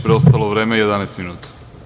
Preostalo vreme je 11 minuta.